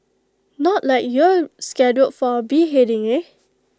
not like you're scheduled for A beheading eh